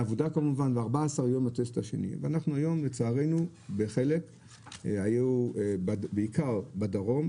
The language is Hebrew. ו-14 יום לטסט השני ואנחנו היום לצערנו בחלק היו בעיקר בדרום,